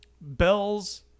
bells